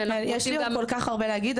יש לי עוד כל כך הרבה להגיד,